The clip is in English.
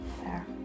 Fair